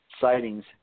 sightings